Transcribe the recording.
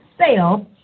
sale